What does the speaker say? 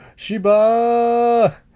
Shiba